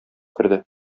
керде